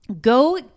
Go